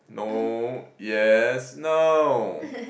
no yes no